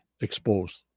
exposed